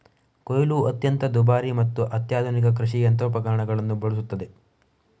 ಕೊಯ್ಲು ಅತ್ಯಂತ ದುಬಾರಿ ಮತ್ತು ಅತ್ಯಾಧುನಿಕ ಕೃಷಿ ಯಂತ್ರೋಪಕರಣಗಳನ್ನು ಬಳಸುತ್ತದೆ